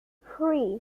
three